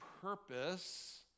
purpose